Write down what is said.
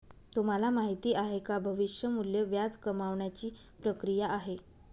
तुम्हाला माहिती आहे का? भविष्य मूल्य व्याज कमावण्याची ची प्रक्रिया आहे